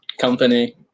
Company